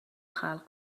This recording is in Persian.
خلق